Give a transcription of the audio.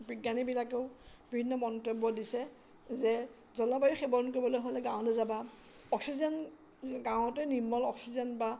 বিজ্ঞানীবিলাকেও বিভিন্ন মন্তব্য দিছে যে জলবায়ু সেৱন কৰিবলৈ হ'লে গাঁৱলৈ যাবা অক্সিজেন গাঁৱতে নিৰ্মল অক্সিজেন বা